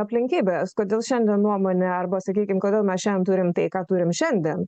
aplinkybės kodėl šiandien nuomonę arba sakykim kodėl mes šian turime tai ką turim šiandien